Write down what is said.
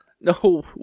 No